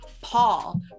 Paul